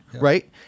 right